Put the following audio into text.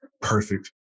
perfect